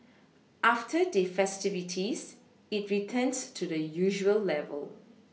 after the festivities it returns to the usual level